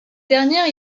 dernières